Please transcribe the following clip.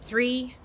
Three